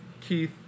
Keith